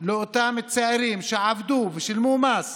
לאותם צעירים שעבדו ושילמו מס,